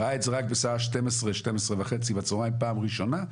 הוא ראה את זה רק בשעה 12:00-12:30 בצהריים פעם ראשונה,